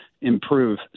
improve